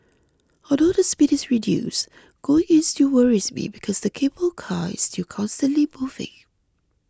although the speed is reduced going in still worries me because the cable car is still constantly moving